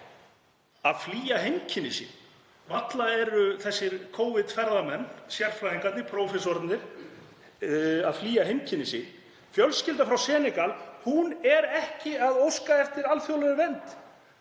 Að flýja heimkynni sín? Varla eru þessir Covid-ferðamenn, sérfræðingarnir, prófessorarnir, að flýja heimkynni sín. Fjölskylda frá Senegal er ekki að óska eftir alþjóðlegri vernd,